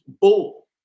Bull